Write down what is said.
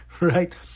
right